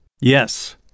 Yes